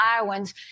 Iowans